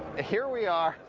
here we are,